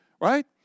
right